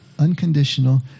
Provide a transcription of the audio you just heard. Unconditional